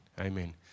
Amen